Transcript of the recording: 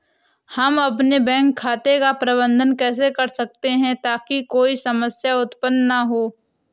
हम अपने बैंक खाते का प्रबंधन कैसे कर सकते हैं ताकि कोई समस्या उत्पन्न न हो?